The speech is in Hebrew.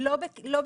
לא, לא, לא בכתיבה.